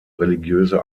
religiöse